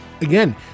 Again